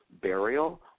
burial